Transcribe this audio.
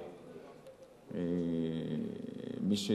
מי